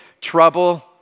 trouble